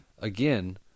again